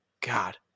God